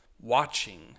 watching